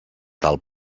tal